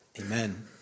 Amen